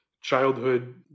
childhood